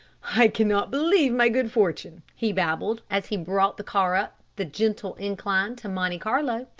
i cannot believe my good fortune, he babbled, as he brought the car up the gentle incline into monte carlo.